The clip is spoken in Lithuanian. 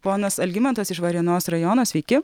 ponas algimantas iš varėnos rajono sveiki